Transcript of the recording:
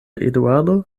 eduardo